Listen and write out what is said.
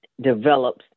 develops